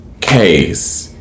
case